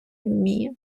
вміє